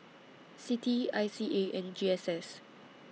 CITI I C A and G S S